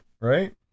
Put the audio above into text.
right